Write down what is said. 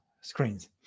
screens